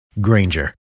Granger